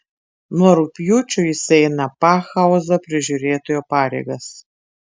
nuo rugpjūčio jis eina pakhauzo prižiūrėtojo pareigas